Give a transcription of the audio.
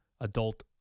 adult